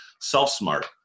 self-smart